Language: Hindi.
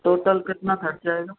टोटल कितना खर्चा आएगा